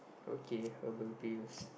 okay herbal tea is